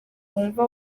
wumva